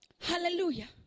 Hallelujah